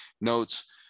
notes